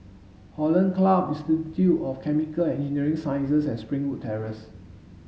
Hollandse Club Institute of Chemical and Engineering Sciences and Springwood Terrace